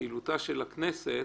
פעילותה של הכנסת,